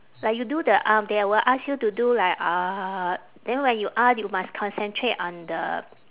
like you do the arm they will ask you to do like then when you you must concentrate on the